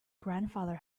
grandfather